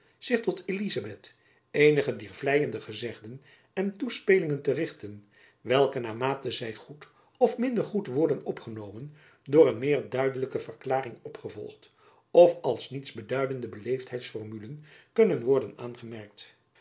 met tot elizabeth eenige dier vleiende gezegden en toespelingen te richten welke naarmate zy goed of minder goed worden opgenomen door meer duidelijke verklaringen opgevolgd of als niets beduidende beleefdheidsformulen kunnen worden aangemerkt